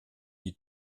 die